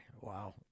Wow